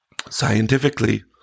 scientifically